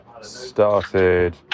started